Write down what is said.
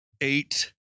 eight